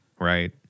right